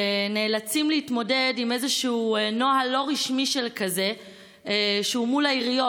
שנאלצים להתמודד עם איזשהו נוהל לא רשמי שכזה מול העיריות,